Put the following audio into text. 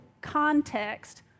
context